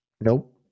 Nope